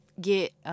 get